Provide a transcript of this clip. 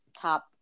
top